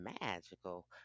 magical